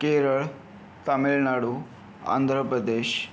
Kerala Tamil Nadu Andhra Pradesh